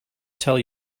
tell